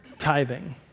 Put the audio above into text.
tithing